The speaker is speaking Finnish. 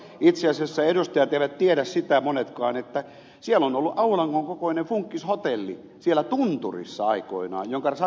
itse asiassa edustajat eivät monetkaan tiedä sitä että siellä tunturissa on aikoinaan ollut aulangon kokoinen funkkishotelli jonka saksalaiset räjäyttivät